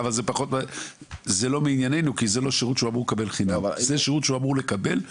זה לא מענייננו כי זה לא שירות שהוא אמור לקבל בתשלום,